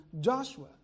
Joshua